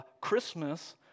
Christmas